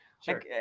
Sure